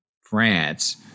France